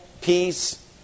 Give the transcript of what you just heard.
peace